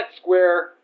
Square